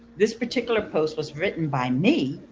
this particular post was written by me,